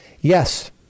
yes